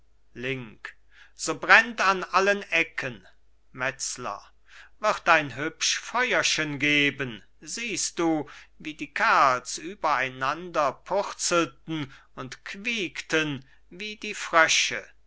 link so brennt an allen ecken metzler wird ein hübsch feuerchen geben siehst du wie die kerls übereinanderpurzelten und quiekten wie die frösche